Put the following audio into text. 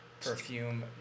Perfume